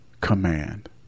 command